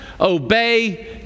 obey